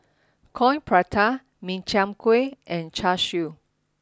Coin Prata Min Chiang Kueh and Char Siu